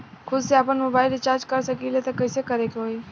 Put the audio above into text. खुद से आपनमोबाइल रीचार्ज कर सकिले त कइसे करे के होई?